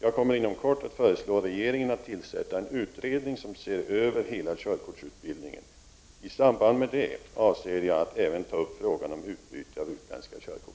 Jag kommer inom kort att föreslå regeringen att tillsätta en utredning som ser över hela körkortsutbildningen. I samband med det avser jag att även ta upp frågan om utbyte av utländska körkort.